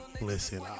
Listen